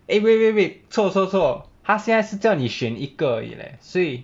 eh wait wait wait 错错错他现在是叫你选一个 eh 所以